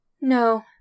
No